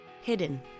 hidden